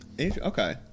Okay